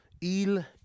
Il